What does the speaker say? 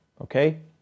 okay